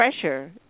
pressure